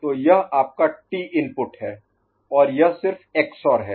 तो यह आपका T इनपुट है और यह सिर्फ XOR है